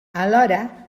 alhora